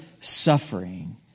suffering